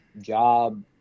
job